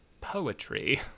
poetry